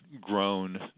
grown